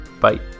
Bye